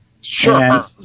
Sure